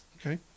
Okay